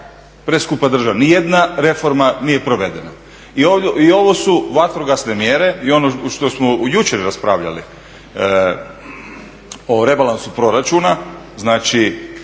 preskupa država. Ni jedna reforma nije provedena. I ovo su vatrogasne mjere i ono što smo jučer raspravljali o rebalansu proračuna,